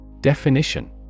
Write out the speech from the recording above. Definition